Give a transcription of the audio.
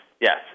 yes